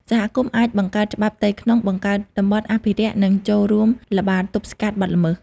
សហគមន៍អាចបង្កើតច្បាប់ផ្ទៃក្នុង បង្កើតតំបន់អភិរក្ស និងចូលរួមល្បាតទប់ស្កាត់បទល្មើស។